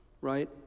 right